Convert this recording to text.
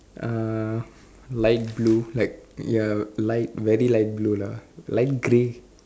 uh light blue like ya light very light blue lah light grey